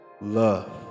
love